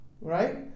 right